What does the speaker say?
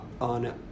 on